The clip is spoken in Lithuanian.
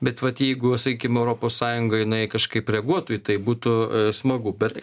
bet vat jeigu sakykim europos sąjunga jinai kažkaip reaguotų į tai būtų smagu bet